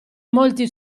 molti